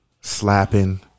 slapping